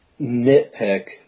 nitpick